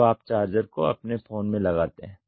जब आप चार्जर को अपने फोन में लगाते हैं